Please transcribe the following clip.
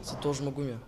su tuo žmogumi